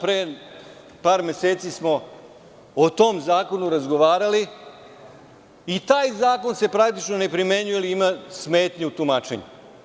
Pre par meseci smo o tom zakonu razgovarali i taj zakon se praktično ne primenjuje jer ima smetnje u tumačenju.